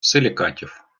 силікатів